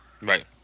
Right